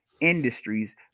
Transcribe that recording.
industries